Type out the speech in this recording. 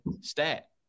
stat